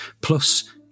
plus